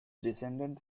descended